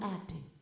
acting